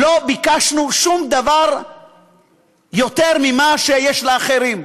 לא ביקשנו שום דבר יותר ממה שיש לאחרים.